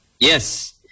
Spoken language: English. Yes